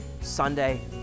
Sunday